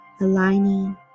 aligning